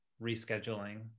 rescheduling